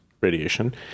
radiation